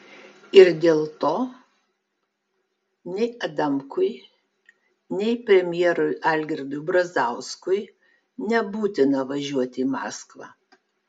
ir dėl to nei adamkui nei premjerui algirdui brazauskui nebūtina važiuoti į maskvą